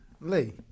Lee